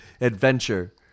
Adventure